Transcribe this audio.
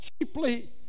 cheaply